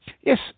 Yes